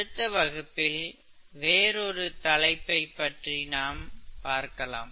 அடுத்த வகுப்பில் வேறு ஒரு தலைப்பை பற்றி பற்றி நாம் பார்க்கலாம்